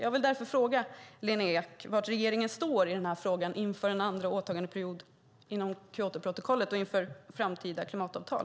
Jag vill därför fråga Lena Ek var regeringen står i denna fråga inför den andra åtagandeperioden inom Kyotoprotokollet och inför framtida klimatavtal.